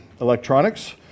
electronics